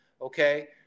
Okay